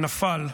נפל.